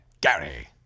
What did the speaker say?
Gary